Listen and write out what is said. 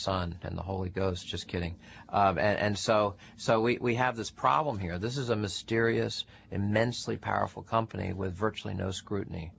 son and the holy ghost just kidding and so so we have this problem here this is a mysterious immensely powerful company with virtually no scrutiny